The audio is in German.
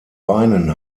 beinen